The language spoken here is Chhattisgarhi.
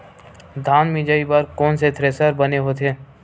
धान मिंजई बर कोन से थ्रेसर बने होथे?